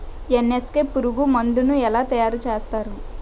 NSK పురుగు మందు ను ఎలా తయారు చేస్తారు?